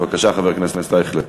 בבקשה, חבר הכנסת אייכלר.